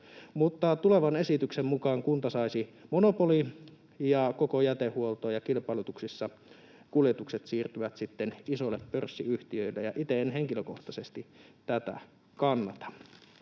tulevan esityksen mukaan kunta saisi monopolin koko jätehuoltoon ja kilpailutuksissa kuljetukset siirtyvät sitten isoille pörssiyhtiöille, ja itse en henkilökohtaisesti tätä kannata.